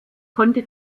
konnte